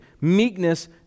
Meekness